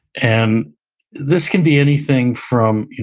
and this can be anything from,